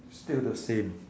still the same